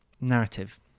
narrative